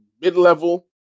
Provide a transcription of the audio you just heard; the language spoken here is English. mid-level